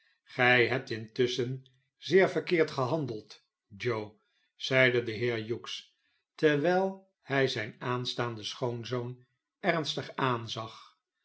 gij hebt intusschen zeer verkeerd gehandeld joe zeide de heer hughes terwijl hu zijn aanstaanden schoonzoon ernstig aanzag